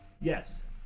Yes